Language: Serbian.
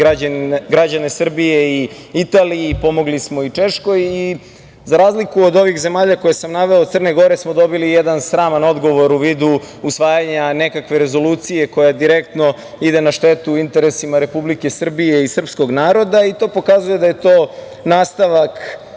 građane Srbije, Italiji, pomogli smo i Češkoj.Za razliku od ovih zemalja koje sam naveo, od Crne Gore smo dobili jedan sraman odgovor u vidu usvajanja nekakve rezolucije koja direktno ide na štetu interesima Republike Srbije i srpskog naroda, i to pokazuje da je to nastavak